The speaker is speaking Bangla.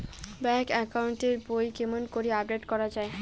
ব্যাংক একাউন্ট এর বই কেমন করি আপডেট করা য়ায়?